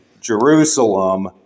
Jerusalem